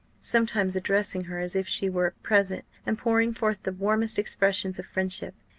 sometimes addressing her as if she were present, and pouring forth the warmest expressions of friendship.